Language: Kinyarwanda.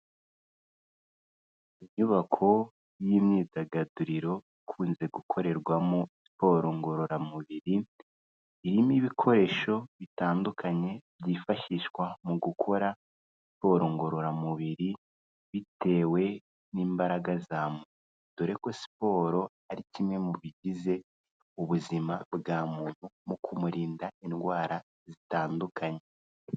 Inyubako y'imyidagaduriro ikunze gukorerwamo siporo ngororamubiri, irimo ibikoresho bitandukanye byifashishwa mu gukora siporo ngororamubiri bitewe n'imbaraga za muntu, dore ko siporo ari kimwe mu bigize ubuzima bwa muntu mu kumurinda indwara zitandukanye.